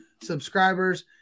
subscribers